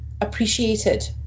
appreciated